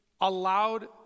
allowed